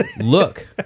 look